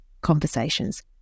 conversations